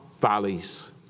valleys